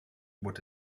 would